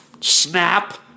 snap